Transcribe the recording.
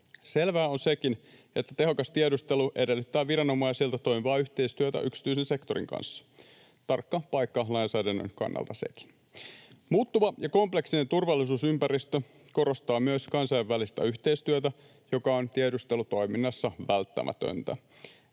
Selvää on sekin, että tehokas tiedustelu edellyttää viranomaisilta toimivaa yhteistyötä yksityisen sektorin kanssa. Tarkka paikka lainsäädännön kannalta sekin. Muuttuva ja kompleksinen turvallisuusympäristö korostaa myös kansainvälistä yhteistyötä, joka on tiedustelutoiminnassa välttämätöntä.